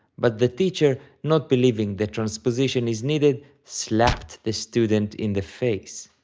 but the teacher, not believing that transposition is needed, slapped the student in the face.